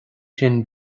sin